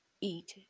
eat